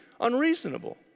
unreasonable